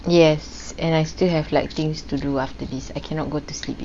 yes and I still have like things to do after this I cannot go to sleep yet